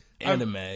anime